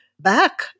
back